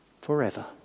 forever